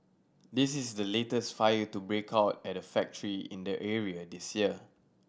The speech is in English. this is the latest fire to break out at a factory in the area this year